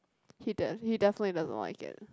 he didn't he definitely doesn't like that